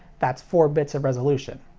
that's four bits of resolution.